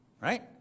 right